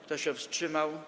Kto się wstrzymał?